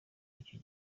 icyo